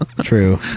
True